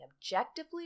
objectively